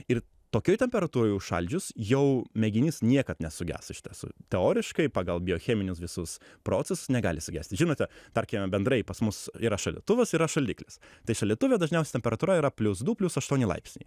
ir tokioj temperatūroj užšaldžius jau mėginys niekad nesugestų iš tiesų teoriškai pagal biocheminius visus procesus negali sugesti žinote tarkime bendrai pas mus yra šaldytuvas yra šaldiklis tai šaldytuve dažniausiai temperatūra yra plius du plius aštuoni laipsniai